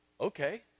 Okay